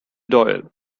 doyle